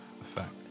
effect